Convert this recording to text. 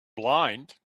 blind